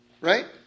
right